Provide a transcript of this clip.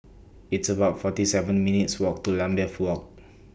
It's about forty seven minutes' Walk to Lambeth Walk